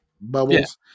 bubbles